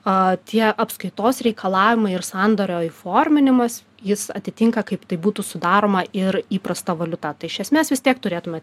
a tie apskaitos reikalavimai ir sandorio įforminimas jis atitinka kaip tai būtų sudaroma ir įprasta valiuta tai iš esmės vis tiek turėtume